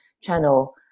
channel